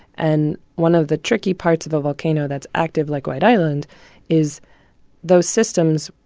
and one of the tricky parts of a volcano that's active like white island is those systems,